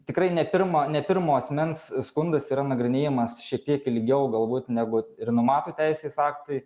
tikrai ne pirmą ne pirmo asmens skundas yra nagrinėjamas šiek tiek ilgiau galbūt negu numato teisės aktai